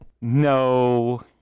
No